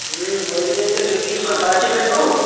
হুম বলছি হচ্ছে তুই কি ফাঁকা আছিস একটু